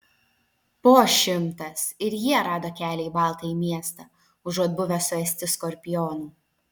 po šimtas ir jie rado kelią į baltąjį miestą užuot buvę suėsti skorpionų